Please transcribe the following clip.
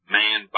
man